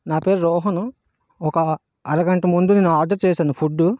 నా పేరు రోహను ఒక అరగంట ముందు నేను ఆర్డర్ చేశాను ఫుడ్